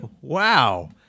Wow